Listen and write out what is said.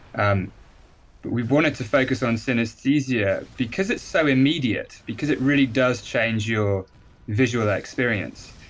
and but we wanted to focus on synesthesia because it's so immediate, because it really does change your visual experience.